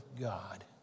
God